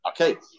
Okay